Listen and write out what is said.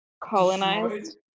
colonized